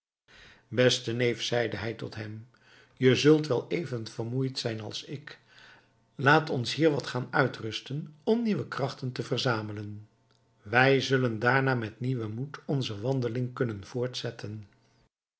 beste neef zeide hij tot hem je zult wel even vermoeid zijn als ik laat ons hier wat gaan uitrusten om nieuwe krachten te verzamelen wij zullen daarna met nieuwen moed onze wandeling kunnen voortzetten